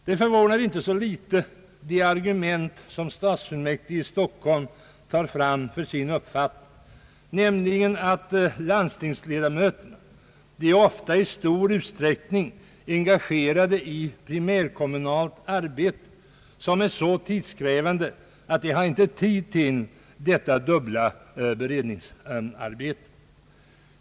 Det argument som Stockholms stadsfullmäktige åberopar för sin uppfattning förvånar inte så litet, alltså att landstingsledamöterna ofta i stor utsträckning är engagerade i primärkommunalt arbete, så tidskrävande att de inte har tid med detta dubbla beredningsarbete.